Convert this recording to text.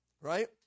right